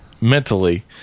mentally